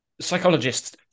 psychologists